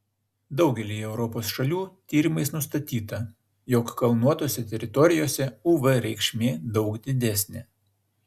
daugelyje europos šalių tyrimais nustatyta jog kalnuotose teritorijose uv reikšmė daug didesnė